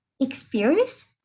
experience